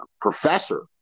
professor